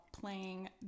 playing